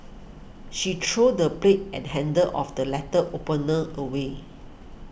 she threw the blade and handle of the letter opener away